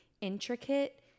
intricate